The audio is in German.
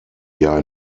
jahr